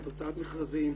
הוצאת מכרזים,